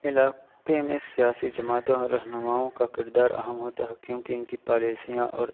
علاقے میں سیاسی جماعتوں اور رہنماؤں کا کردار اہم ہوتا ہے کیونکہ ان کی پالیسیاں اور